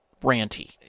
ranty